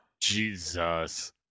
Jesus